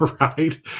right